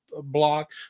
block